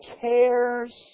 cares